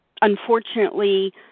Unfortunately